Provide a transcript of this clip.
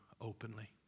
openly